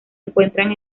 encuentran